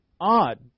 odd